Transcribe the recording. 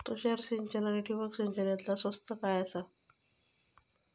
तुषार सिंचन आनी ठिबक सिंचन यातला स्वस्त काय आसा?